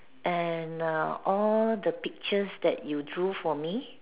and err all the pictures that you drew for me